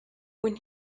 when